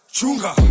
Chunga